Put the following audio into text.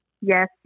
Yes